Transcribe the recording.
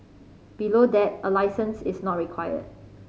below that a licence is not required